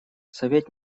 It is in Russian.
совет